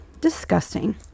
Disgusting